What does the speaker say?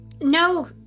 No